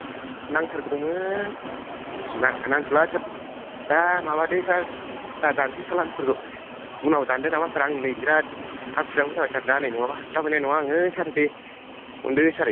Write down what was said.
नांथारगौमोन नां नांथला सार दा माबादो सार दादानसै सालानफोरखौ उनाव दानदो नामा सार नै बिरात हाखु दाखु जाबाय सार दा नै नङाबा हास्लाब हैनाय नङा आङो सार दे अनदो सार एसे